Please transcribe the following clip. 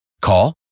Call